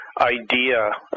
idea